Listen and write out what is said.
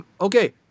Okay